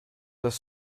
das